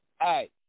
Hey